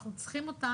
אנחנו צריכים אותם,